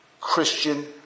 Christian